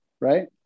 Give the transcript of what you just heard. Right